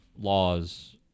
laws